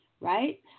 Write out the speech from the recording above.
right